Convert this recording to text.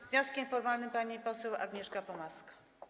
Z wnioskiem formalnym pani poseł Agnieszka Pomaska.